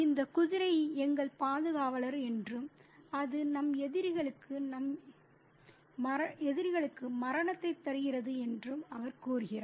இந்த குதிரை எங்கள் பாதுகாவலர் என்றும் அது நம் எதிரிகளுக்கு நம் எதிரிகளுக்கு மரணத்தைத் தருகிறது என்றும் அவர் கூறுகிறார்